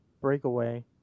Breakaway